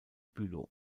bülow